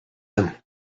him